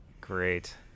Great